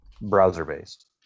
browser-based